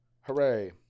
Hooray